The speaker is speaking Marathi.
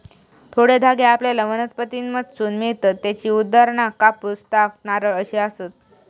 थोडे धागे आपल्याला वनस्पतींमधसून मिळतत त्येची उदाहरणा कापूस, ताग, नारळ अशी आसत